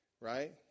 right